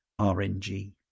RNG